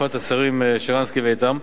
בתקופות השרים שרנסקי ואיתם,